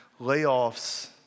layoffs